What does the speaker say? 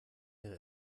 ihre